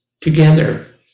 together